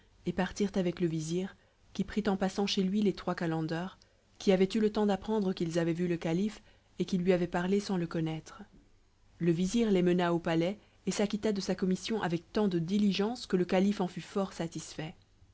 et partirent avec le vizir qui prit en passant chez lui les trois calenders qui avaient eu le temps d'apprendre qu'ils avaient vu le calife et qu'ils lui avaient parlé sans le connaître le vizir les mena au palais et s'acquitta de sa commission avec tant de diligence que le calife en fut fort satisfait